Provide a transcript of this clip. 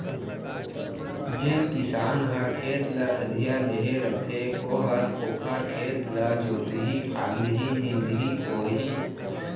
जेन किसान ह खेत ल अधिया लेहे रथे ओहर ओखर खेत ल जोतही फांदही, निंदही कोड़ही